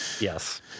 Yes